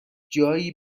جایی